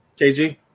KG